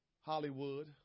Hollywood